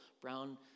brown